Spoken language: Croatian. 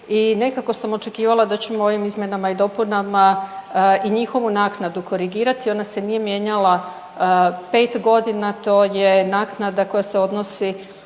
i nekako sam očekivala da ćemo ovim izmjenama i dopunama i njihovu naknadu korigirati. Ona se nije mijenjala 5 godina. To je naknada koja se odnosi